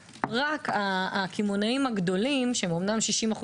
יש סופר,